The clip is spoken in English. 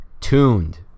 tuned